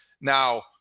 Now